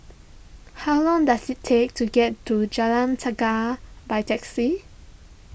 how long does it take to get to Jalan by taxi